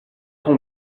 ton